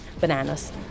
Bananas